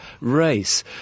race